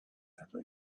never